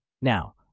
Now